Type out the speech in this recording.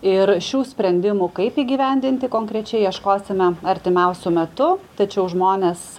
ir šių sprendimų kaip įgyvendinti konkrečiai ieškosime artimiausiu metu tačiau žmonės